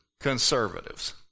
conservatives